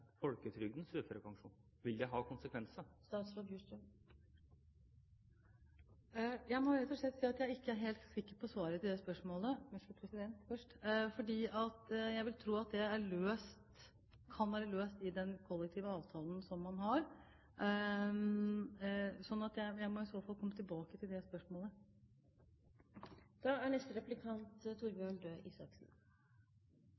folketrygdens uførepensjon? Vil det få konsekvenser? Jeg må rett og slett si at jeg ikke er helt sikker på svaret på det spørsmålet. Jeg vil tro at det kan være løst i den kollektive avtalen som man har. Jeg må i så fall komme tilbake til dette spørsmålet. Jeg vil først si at også jeg er veldig glad for at det er